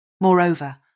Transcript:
Moreover